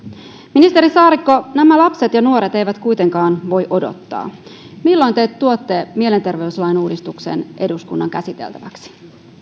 ministeri saarikko nämä lapset ja nuoret eivät kuitenkaan voi odottaa milloin te tuotte mielenterveyslain uudistuksen eduskunnan käsiteltäväksi